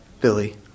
Billy